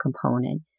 component